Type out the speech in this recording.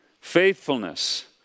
faithfulness